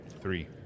three